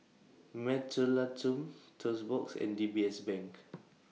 Mentholatum Toast Box and D B S Bank